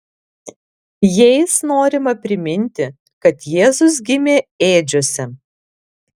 jais norima priminti kad jėzus gimė ėdžiose